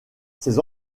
ces